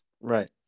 right